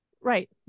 Right